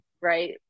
right